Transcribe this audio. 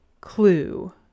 clue